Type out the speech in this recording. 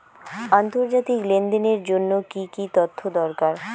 আন্তর্জাতিক লেনদেনের জন্য কি কি তথ্য দরকার?